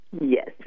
yes